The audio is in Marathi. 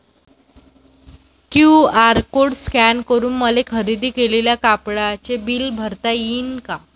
क्यू.आर कोड स्कॅन करून मले खरेदी केलेल्या कापडाचे बिल भरता यीन का?